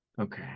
Okay